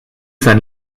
sein